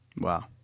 Wow